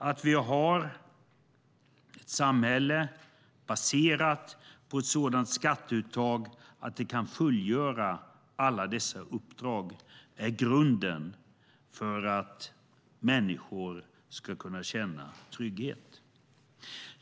Att vi har ett samhälle baserat på ett sådant skatteuttag att vi kan fullgöra alla dessa uppdrag är grunden för att människor ska kunna känna trygghet.